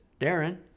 Darren